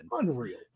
Unreal